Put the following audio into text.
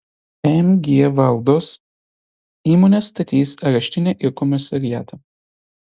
mg valdos įmonė statys areštinę ir komisariatą